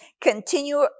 continue